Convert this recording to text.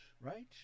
right